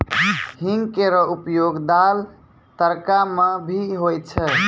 हींग केरो उपयोग दाल, तड़का म भी होय छै